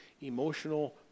emotional